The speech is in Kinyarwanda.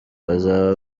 bazaba